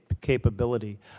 capability